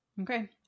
Okay